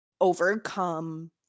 overcome